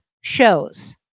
shows